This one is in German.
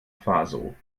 faso